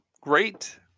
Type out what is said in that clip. great